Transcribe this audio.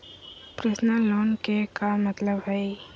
Personal loan के का मतलब हई?